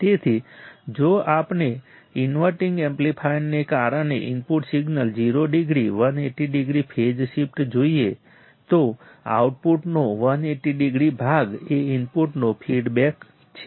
તેથી જો આપણે ઇનવર્ટિંગ એમ્પ્લીફાયરને કારણે input signal 0 degree 180 degree phase shift જોઈએ તો આઉટપુટનો 180 ડિગ્રી ભાગ એ ઇનપુટનો ફીડબેક છે